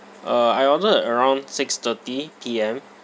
uh I ordered around six thirty P_M